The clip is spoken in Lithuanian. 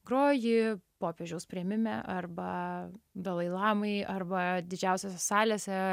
groji popiežiaus priėmime arba dalai lamai arba didžiausiose salėse